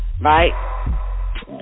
right